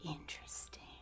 Interesting